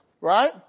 Right